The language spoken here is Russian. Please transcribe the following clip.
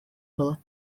было